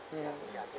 mm